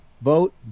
vote